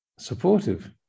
supportive